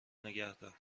نگهدار